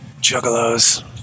Juggalos